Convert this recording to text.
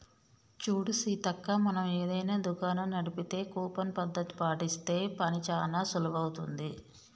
చూడు సీతక్క మనం ఏదైనా దుకాణం నడిపితే కూపన్ పద్ధతి పాటిస్తే పని చానా సులువవుతుంది